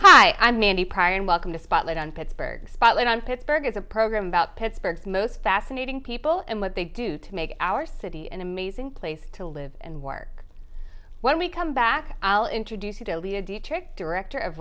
hi i'm mandy pryor and welcome to spotlight on pittsburgh spotlight on pittsburgh is a program about pittsburgh most fascinating people and what they do to make our city an amazing place to live and work when we come back i'll introduce you to dietrich director of